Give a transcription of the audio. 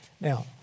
Now